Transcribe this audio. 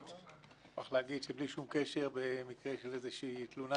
צריך להגיד שבלי שום קשר במקרה של איזו שהיא תלונה